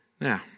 Now